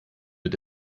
mit